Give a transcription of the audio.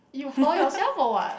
you fall yourself or what